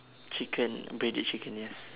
chicken breaded chicken yes